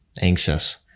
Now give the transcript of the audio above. anxious